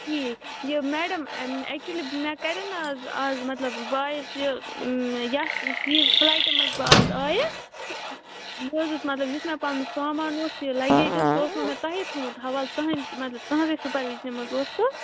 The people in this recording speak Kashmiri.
ٹھیٖک یہِ میڈم ایٚکچوٗلی مےٚ کَرِے نا حظ اَز اَز مطلب بہٕ آیَس یہِ یَتھ حظ فُلایٹہِ منٛز بہٕ اَز آیَس مےٚ حظ اوس مطلب یُس مےٚ پَنُن سامان اوس یہِ لگیج اوس سُہ اوسمَو مےٚ تۄہی تھوٚمُت حوال تُہٕنٛدِ مطلب تُہٕنٛزٕے سُپَر وِجنہٕ منٛزٕ اوس سُہ